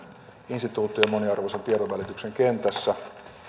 instituutio moniarvoisen tiedonvälityksen kentässä